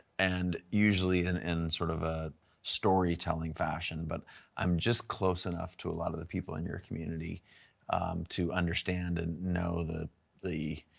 and usually and in sort of a storytelling fashion. but i'm just close enough to a lot of the people in your community to understand and know the the